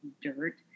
dirt